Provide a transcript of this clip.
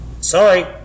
Sorry